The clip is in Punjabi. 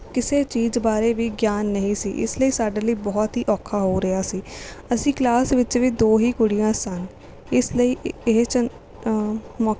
ਕਿਸੇ ਚੀਜ਼ ਬਾਰੇ ਵੀ ਗਿਆਨ ਨਹੀਂ ਸੀ ਇਸ ਲਈ ਸਾਡੇ ਲਈ ਬਹੁਤ ਹੀ ਔਖਾ ਹੋ ਰਿਹਾ ਸੀ ਅਸੀਂ ਕਲਾਸ ਵਿੱਚ ਵੀ ਦੋ ਹੀ ਕੁੜੀਆਂ ਸਨ ਇਸ ਲਈ ਇਹ ਮੌਕੇ